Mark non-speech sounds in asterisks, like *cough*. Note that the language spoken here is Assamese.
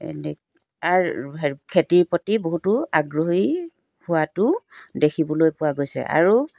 *unintelligible* খেতিৰ প্ৰতি বহুতো আগ্ৰহী হোৱাটো দেখিবলৈ পোৱা গৈছে আৰু